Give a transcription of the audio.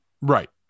Right